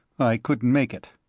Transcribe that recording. i couldn't make it.